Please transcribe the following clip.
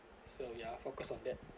so ya focus on that